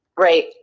Right